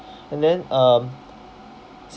and then um